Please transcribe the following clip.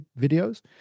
videos